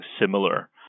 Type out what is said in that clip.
similar